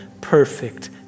perfect